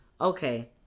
okay